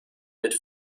mit